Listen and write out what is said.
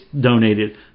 donated